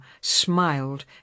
smiled